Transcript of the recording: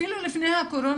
אפילו הרבה לפני הקורונה,